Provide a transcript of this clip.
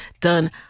done